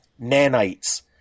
nanites